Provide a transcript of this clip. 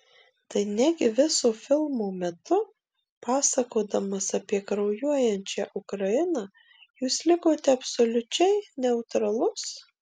tai negi viso filmo metu pasakodamas apie kraujuojančią ukrainą jūs likote absoliučiai neutralus